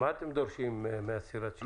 מה אתם דורשים מסירת השירות?